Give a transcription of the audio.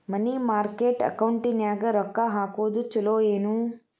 ಮನಿ market ಅಕೌಂಟಿನ್ಯಾಗ ರೊಕ್ಕ ಹಾಕುದು ಚುಲೊ ಏನು